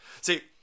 See